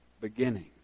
beginning